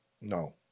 no